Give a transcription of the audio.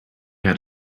had